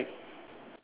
ya correct